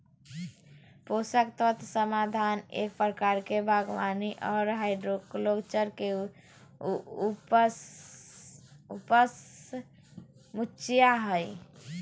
पोषक तत्व समाधान एक प्रकार के बागवानी आर हाइड्रोकल्चर के उपसमुच्या हई,